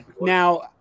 Now